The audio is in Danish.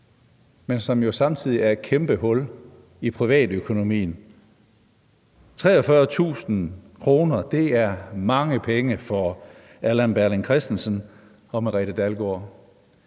men som jo samtidig er et kæmpe hul i privatøkonomien. 43.000 kr. er mange penge for Allan Berling Christensen og Merete Dalgaard.